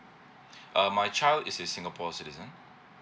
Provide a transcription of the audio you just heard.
err my child is is singapore citizen